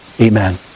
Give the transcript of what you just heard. Amen